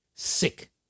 sick